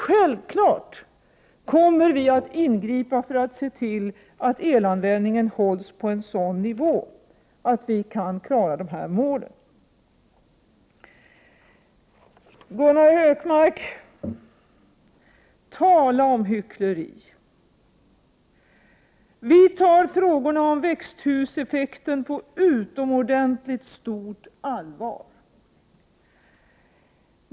Självfallet kommer vi att ingripa för att se till att elanvändningen hålls på en sådan nivå att dessa mål kan nås. Tala om hyckleri, Gunnar Hökmark! Regeringen tar frågan om växthuseffekten på utomordentligt stort allvar.